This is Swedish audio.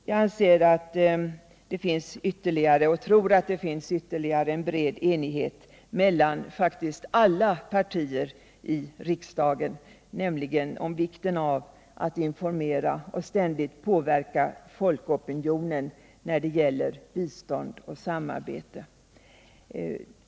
Jag tror att det finns ytterligare en bred enighet mellan alla partier i riksdagen, nämligen om vikten av att informera och ständigt påverka folkopinionen när det gäller bistånd och samarbete.